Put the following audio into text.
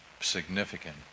significant